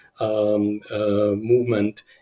Movement